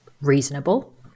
reasonable